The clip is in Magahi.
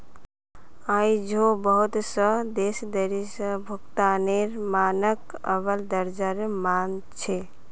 आई झो बहुत स देश देरी स भुगतानेर मानकक अव्वल दर्जार मान छेक